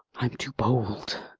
i am too bold,